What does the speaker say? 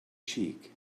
cheek